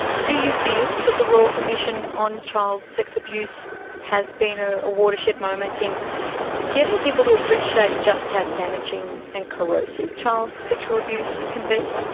do you feel that the royal commission on child sex abuse has been a ah watershed moment in getting people to appreciate just how damaging and corrosive child sexual abuse can be?